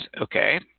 Okay